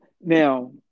now